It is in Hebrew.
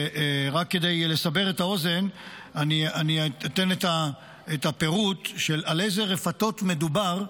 רק כדי לסבר את האוזן אני אתן את הפירוט על איזה רפתות מדובר,